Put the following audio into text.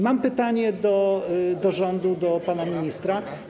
Mam pytanie do rządu, do pana ministra.